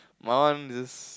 mine one just